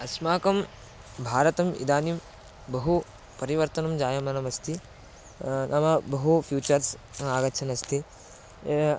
अस्माकं भारतम् इदानीं बहु परिवर्तनं जायमानमस्ति नाम बहु फ़्यूचर्स् आगच्छन् अस्ति